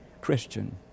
Christian